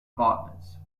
partners